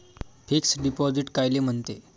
Fix deposit कायले म्हनते?